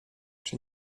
czy